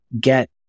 get